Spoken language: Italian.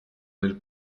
nel